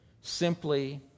Simply